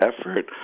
effort